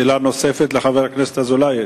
שאלה נוספת לחבר הכנסת אזולאי?